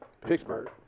Pittsburgh